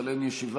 אבל אין ישיבה,